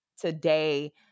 today